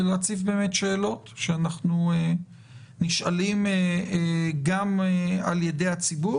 ולהציב שאלות שאנחנו נשאלים גם על ידי הציבור